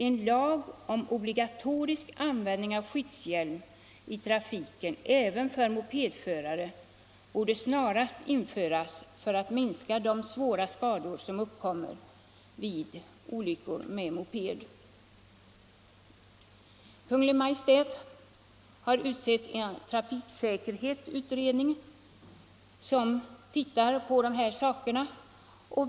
En lag om obligatorisk användning av skyddshjälm i trafiken, även för mopedförare, borde snarast införas för att minska svåra skador som uppkommer vid olyckor med moped. Kungl. Maj:t har tillsatt en trafiksäkerhetsutredning, som tittar på dessa saker.